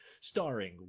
starring